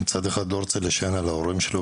מצד אחד לא רוצה להישען על ההורים שלו,